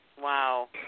Wow